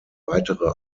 weitere